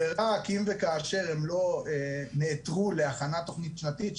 ורק אם וכאשר הם לא נעתרו להכנת תכנית שנתית,